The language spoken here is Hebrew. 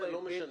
לא משנה.